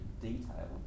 detail